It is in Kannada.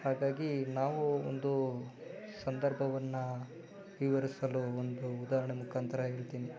ಹಾಗಾಗಿ ನಾವು ಒಂದು ಸಂದರ್ಭವನ್ನು ವಿವರಿಸಲು ಒಂದು ಉದಾಹರಣೆ ಮುಖಾಂತರ ಹೇಳ್ತೀನಿ